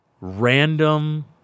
random